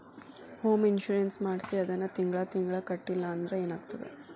Home insurance ಮಾಡ್ಸಿ ಅದನ್ನ ತಿಂಗ್ಳಾ ತಿಂಗ್ಳಾ ಕಟ್ಲಿಲ್ಲಾಂದ್ರ ಏನಾಗ್ತದ?